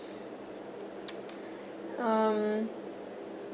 um